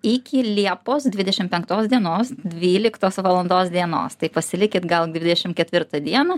iki liepos dvidešim penktos dienos dvyliktos valandos dienos tai pasilikit gal dvidešim ketvirtą dieną